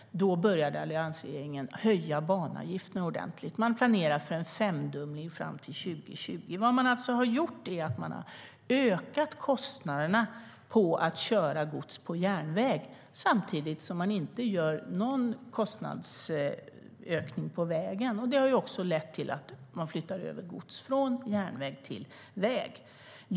Då började alliansregeringen att höja banavgifterna ordentligt. De planerade för en femdubbling fram till 2020. Det man alltså gjort är att man ökat kostnaderna för att köra gods på järnväg samtidigt som man inte gjort någon kostnadsökning på väg. Det har lett till att gods flyttas över från järnväg till väg.